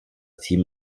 team